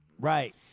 Right